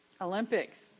Olympics